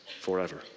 forever